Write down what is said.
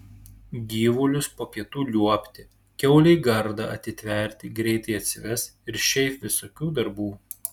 gyvulius po pietų liuobti kiaulei gardą atitverti greitai atsives ir šiaip visokių darbų